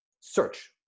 search